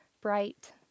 bright